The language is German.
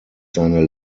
seine